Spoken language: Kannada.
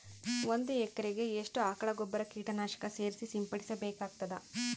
ಒಂದು ಎಕರೆಗೆ ಎಷ್ಟು ಆಕಳ ಗೊಬ್ಬರ ಕೀಟನಾಶಕ ಸೇರಿಸಿ ಸಿಂಪಡಸಬೇಕಾಗತದಾ?